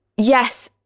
yes.